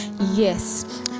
Yes